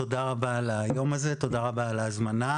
תודה רבה על היום הזה, תודה רבה על ההזמנה.